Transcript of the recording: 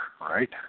right